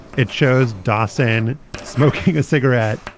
it shows dassin smoking a cigarette.